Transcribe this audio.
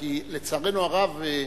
כי לצערנו הרב,